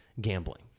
gambling